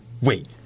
Wait